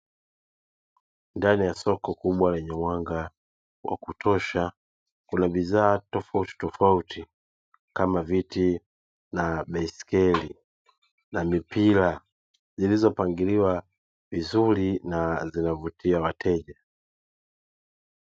Ndani ya soko kubwa lenye mwanga wa kutosha, kuna bidhaa tofautitofauti, kama viti na baiskeli na mipira; zilizopangiliwa vizuri na zinavutia wateja.